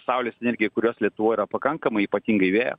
saulės energija kurios lietuvoj yra pakankamai ypatingai vėjo